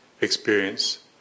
experience